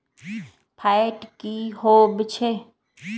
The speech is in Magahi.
फैट की होवछै?